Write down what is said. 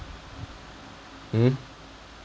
hmm